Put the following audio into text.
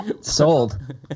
sold